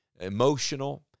emotional